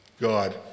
God